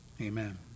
Amen